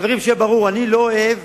חברים, שיהיה ברור: אני לא אוהב